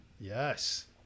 Yes